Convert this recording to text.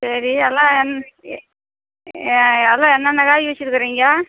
சரி எல்லாம் அதுதான் எல்லாம் காய் வச்சுருக்குறீங்க